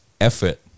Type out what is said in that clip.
effort